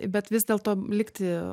bet vis dėlto likti